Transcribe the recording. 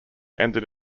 ended